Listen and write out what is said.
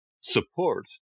support